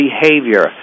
behavior